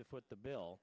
to foot the bill